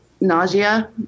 nausea